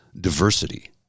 diversity